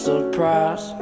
Surprise